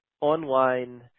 online